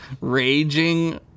Raging